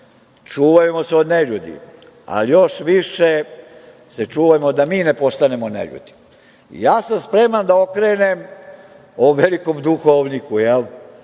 „Čuvajmo se od neljudi, a još više se čuvajmo da mi ne postanemo neljudi“. Ja sam spreman da okrenem ovom velikom duhovniku